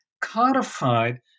codified